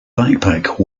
backpack